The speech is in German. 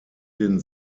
den